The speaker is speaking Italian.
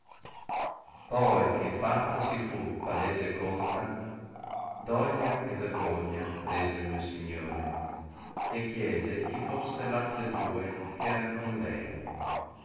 a cintura poiché fatta si fu palese e conta doglia e vergogna prese il mio signore e chiese chi fosser t altre due ch erao con lei